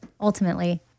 ultimately